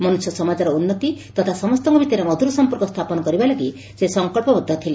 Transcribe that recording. ମନୁଷ୍ୟ ସମାଜର ଉନ୍ନତି ତଥା ସମସ୍ତଙ୍କ ଭିତରେ ମଧୁର ସଂପର୍କ ସ୍ତାପନ କରିବା ଲାଗି ସେ ସଂକ୍ବବଦ୍ଧ ଥିଲେ